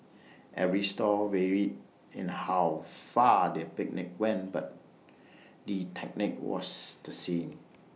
every store varied in how far the picnic went but the technique was the same